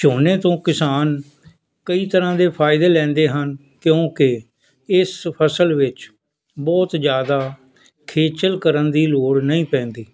ਝੋਨੇ ਤੋਂ ਕਿਸਾਨ ਕਈ ਤਰ੍ਹਾਂ ਦੇ ਫਾਇਦੇ ਲੈਂਦੇ ਹਨ ਕਿਉਂਕਿ ਇਸ ਫਸਲ ਵਿੱਚ ਬਹੁਤ ਜ਼ਿਆਦਾ ਖੇਚਲ ਕਰਨ ਦੀ ਲੋੜ ਨਹੀਂ ਪੈਂਦੀ